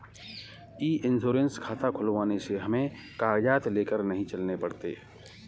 ई insurance खाता खुलवाने से हमें कागजात लेकर नहीं चलने पड़ते